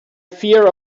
fear